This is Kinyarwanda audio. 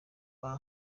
kuba